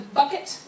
bucket